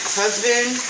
husband